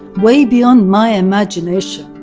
way beyond my imagination,